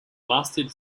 lasted